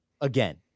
again